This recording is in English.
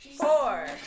four